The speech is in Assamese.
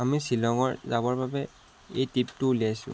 আমি শ্বিলংৰ যাবৰ বাবে এই ট্ৰিপটো উলিয়াইছোঁ